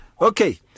okay